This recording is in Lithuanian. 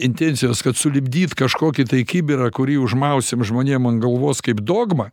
intencijos kad sulipdyt kažkokį tai kibirą kurį užmausim žmonėm ant galvos kaip dogmą